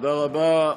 תודה רבה.